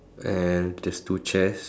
and there's two chairs